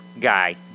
guy